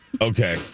Okay